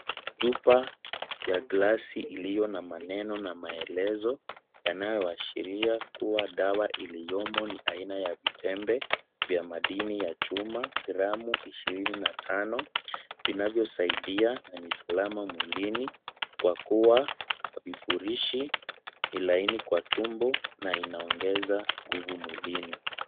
Chupa ya glasi ilio na maneno na maelezo yanayoashiria kuwa dawa iliyomo ni aina ya vitembe vya madini ya chuma, gramu ishirini na tano, vinavyosaidia kilama mwilini kwa kuwa vifurishi ni laini kwa tumbo na inaongeza nguvu mwilini.